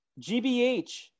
GBH